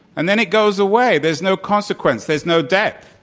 and then it goes away. there's no consequence. there's no depth.